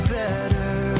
better